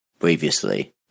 previously